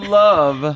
love